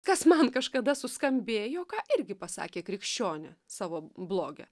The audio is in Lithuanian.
kas man kažkada suskambėjo ką irgi pasakė krikščionė savo bloge